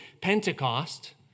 Pentecost